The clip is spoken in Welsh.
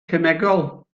cemegol